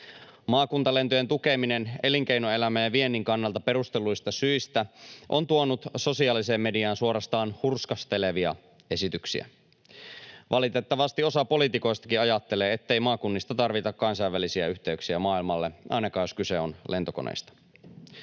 Maakuntalentojen tukeminen elinkeinoelämän ja viennin kannalta perustelluista syistä on tuonut sosiaaliseen mediaan suorastaan hurskastelevia esityksiä. Valitettavasti osa poliitikoistakin ajattelee, ettei maakunnista tarvita kansainvälisiä yhteyksiä maailmalle, ainakaan jos kyse on lentokoneista.